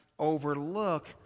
overlook